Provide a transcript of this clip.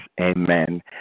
Amen